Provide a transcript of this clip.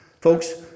Folks